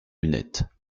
lunettes